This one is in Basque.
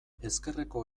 ezkerreko